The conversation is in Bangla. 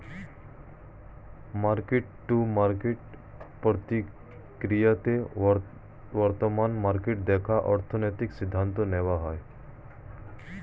মার্কেট টু মার্কেট প্রক্রিয়াতে বর্তমান মার্কেট দেখে অর্থনৈতিক সিদ্ধান্ত নেওয়া হয়